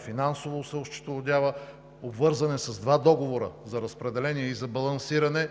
финансово се осчетоводява. Обвързан е с два договора за разпределение и за балансиране.